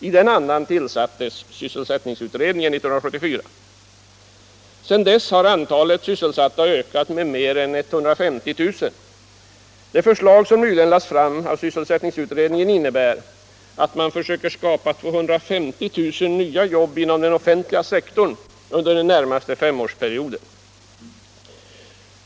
I den andan till Sedan dess har antalet sysselsatta ökat med mer än 150 000. Det förslag som nyligen lagts fram av sysselsättningsutredningen innebär att man söker skapa 250 000 nya jobb inom den offentliga sektorn under den närmaste femårsperioden.